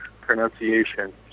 pronunciation